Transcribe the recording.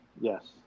Yes